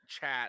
chat